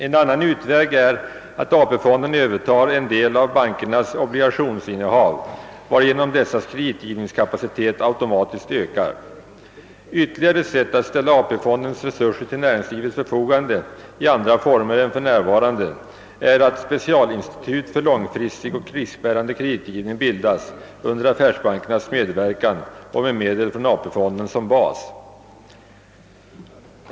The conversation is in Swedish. En annan utväg är att AP-fonden övertar en del av bankernas obligationsinnehav, varigenom dessas kreditgivningskapacitet automatiskt ökar. Ytterligare ett sätt att ställa AP-fondens resurser till näringslivets förfogande i andra former än för närvarande är att specialinstitut för långfristig och riskbärande kreditgivning bildas under affärsbankernas medverkan och med medel från AP-fonden som bas.